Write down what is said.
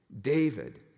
David